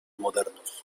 modernos